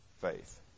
faith